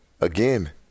again